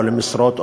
או למשרות,